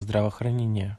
здравоохранения